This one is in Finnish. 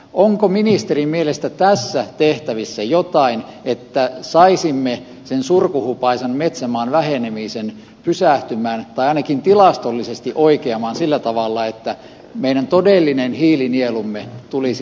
onko ministerin mielestä tanssien tehtävissä jotain että saisimme sen surkuhupaisan metsämaan vähenemisen pysähtymään tai ainakin tilastollisestipoikkeamaan sillä tavalla että meidän todellinen hiilinielumme tulisi